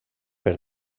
per